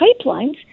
pipelines